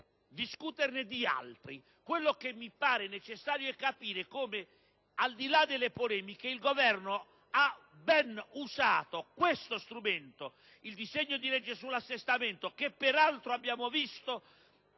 il Governo ha ben usato lo strumento del disegno di legge sull'assestamento, che peraltro abbiamo visto